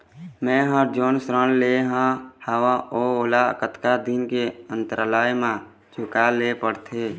मैं हर जोन ऋण लेहे हाओ ओला कतका दिन के अंतराल मा चुकाए ले पड़ते?